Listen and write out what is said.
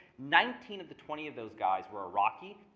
nineteen of the twenty of those guys were iraqi.